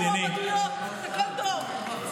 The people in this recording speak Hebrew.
מועמדויות, הכול טוב.